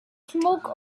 smoke